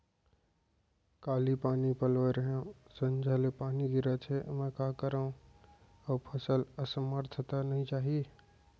काली पानी पलोय रहेंव, संझा ले पानी गिरत हे, मैं का करंव अऊ फसल असमर्थ त नई जाही?